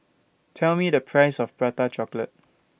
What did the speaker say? Tell Me The Price of Prata Chocolate